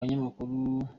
banyamakuru